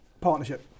partnership